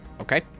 Okay